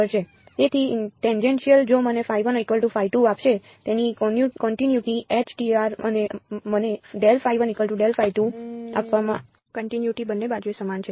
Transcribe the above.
તેથી ટેનજેન્ટિયલ જો મને આપશે તેની કોન્ટિનયુટી અને મને આપવાનું કોન્ટિનયુટી બંને બાજુએ સમાન છે